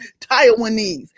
Taiwanese